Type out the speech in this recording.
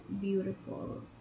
beautiful